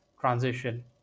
transition